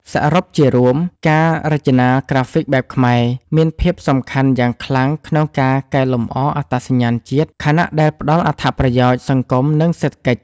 សរុបជារួម ការរចនាក្រាហ្វិកបែបខ្មែរមានភាពសំខាន់យ៉ាងខ្លាំងក្នុងការកែលម្អអត្តសញ្ញាណជាតិ ខណៈដែលផ្តល់អត្ថប្រយោជន៍សង្គម និងសេដ្ឋកិច្ច។